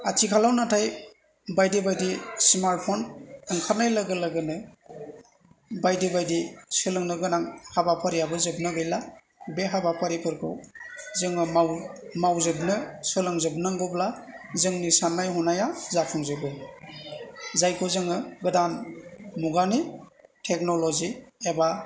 आथिखालाव नाथाय बायदि बायदि स्मार्टफन ओंखारनाय लोगो लोगोनो बायदि बायदि सोलोंनो गोनां हाबाफारियाबो जोबनो गैला बे हाबाफारिफोरखौ जोङो माव मावजोबनो सोलोंजोब नांगौब्ला जोंनि साननाय हनाया जाफुंजोबो जायखौ जोङो गोदान मुगानि टेक्नल'जि एबा